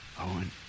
Owen